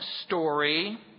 story